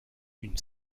une